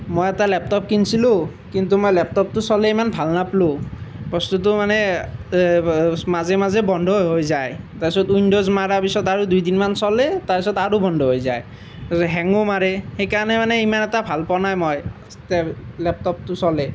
মই এটা লেপটপ কিনিছিলোঁ কিন্তু মই লেপটপটো চলাই ইমান ভাল নাপালোঁ বস্তুটো মানে মাজে মাজে বন্ধ হৈ হৈ যায় তাৰপিছত উইণ্ড'জ মৰা পিছত আৰু দুইদিনমান চলে তাৰপিছত আৰু বন্ধ হৈ যায় হেঙো মাৰে সেইকাৰণে মানে ইমান এটা ভাল পোৱা নাই মই লেপটপটো চলাই